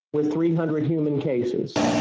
with three hundred human cases.